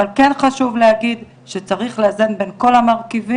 אבל, כן חשוב להגיד, שצריך לאזן בין כל המרכיבים,